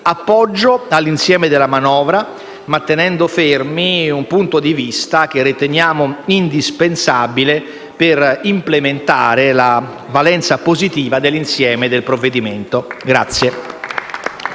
appoggio all'insieme della manovra, ma tenendo fermo un punto di vista, che riteniamo indispensabile per implementare la valenza positiva dell'insieme del provvedimento.